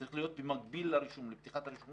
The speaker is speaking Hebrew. זה צריך להיות במקביל לפתיחת הרישום